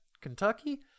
Kentucky